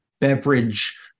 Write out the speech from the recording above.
beverage